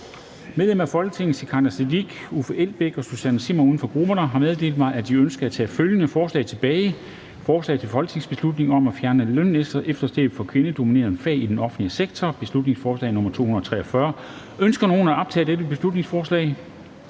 Medlemmer af Folketinget Sikandar Siddique (UFG), Uffe Elbæk (UFG) og Susanne Zimmer (UFG) har meddelt mig, at de ønsker at tage følgende forslag tilbage: Forslag til folketingsbeslutning om at fjerne lønefterslæbet for kvindedominerede fag i den offentlige sektor. (Beslutningsforslag nr. B 243). Ønsker nogen at optage dette beslutningsforslag?